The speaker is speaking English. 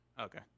Okay